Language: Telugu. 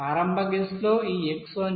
ప్రారంభ గెస్ లో ఈ x1 0